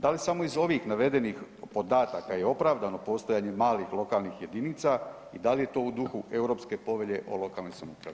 Da li samo iz ovih navedenih podataka je opravdano postojanje malih lokalnih jedinica i da li je to u duhu europske povelje o lokalnoj samoupravi?